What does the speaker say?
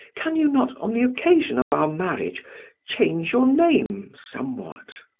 can you not on the occasion of our marriage change your name somewhat?